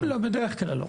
בדרך כלל לא,